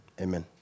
amen